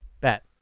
Bet